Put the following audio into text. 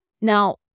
Now